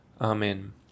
Amen